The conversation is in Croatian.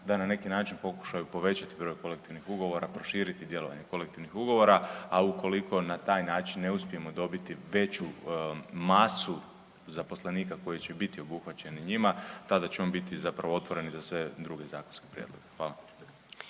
da na neki način pokušaju povećati broj kolektivnih ugovora, proširiti dijelove kolektivnih ugovora, a ukoliko na taj način ne uspijemo dobiti veću masu zaposlenika koji će biti obuhvaćen i njima tada ćemo biti zapravo otvoreni za sve druge zakonske prijedloge. Hvala.